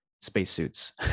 spacesuits